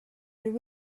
but